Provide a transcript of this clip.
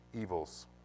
evils